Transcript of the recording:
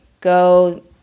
go